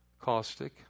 caustic